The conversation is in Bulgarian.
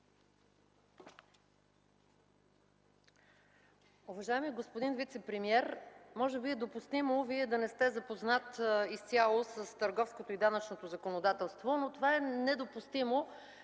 Уважаеми господин вицепремиер! Може би е допустимо Вие да не сте запознати изцяло с търговското и данъчното законодателство, но това е недопустимо